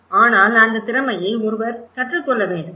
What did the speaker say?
ஆனால் அந்த திறமையை ஒருவர் கற்றுக்கொள்ள வேண்டும்